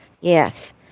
Yes